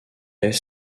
est